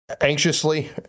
anxiously